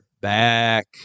back